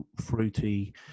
fruity